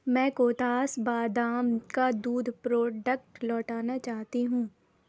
میں کوتھاس بادام کا دودھ پروڈکٹ لوٹانا چاہتی ہوں